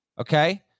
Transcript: Okay